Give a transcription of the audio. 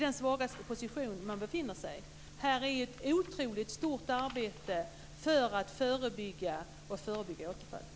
Det behövs ett oerhört stort arbete för att förebygga återfall.